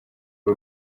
rwo